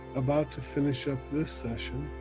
about to finish up this session,